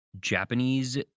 Japanese